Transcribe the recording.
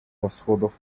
расходов